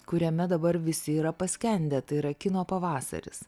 kuriame dabar visi yra paskendę tai yra kino pavasaris